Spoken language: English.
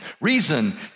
Reason